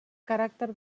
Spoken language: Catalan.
caràcter